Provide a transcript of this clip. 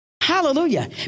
Hallelujah